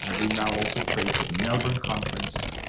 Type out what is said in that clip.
and we now also pray for the melbourne conference.